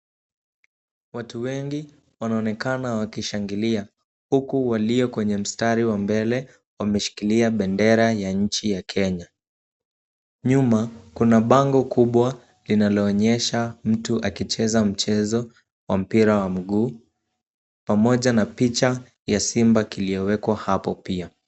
Watu wengi wanaonekana wakishangilia. Huku walio kwenye mstari wa mbele, wameshikilia bendera ya nchi ya Kenya. Nyuma, kuna bango kubwa linaloonyesha mtu akicheza mchezo wa mpira wa miguu, pamoja na picha ya simba kiliyowekwa hapo pia.